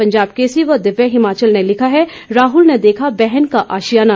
पंजाब केसरी व दिव्य हिमाचल ने लिखा है राहुल ने देखा बहन का आशियाना